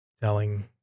telling